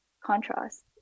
contrast